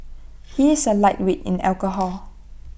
he is A lightweight in alcohol